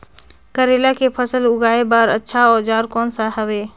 करेला के फसल उगाई बार अच्छा औजार कोन सा हवे?